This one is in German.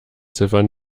ziffern